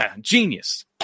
genius